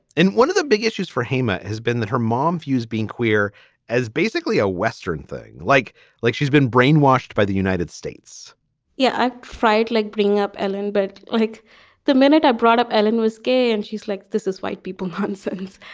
and one of the big issues for hamma has been that her mom views being queer as basically a western thing. like like she's been brainwashed by the united states yeah, i tried like bring up ellen, but like the minute i brought up, ellen was gay and she's like, this is white people.